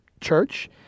church